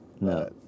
No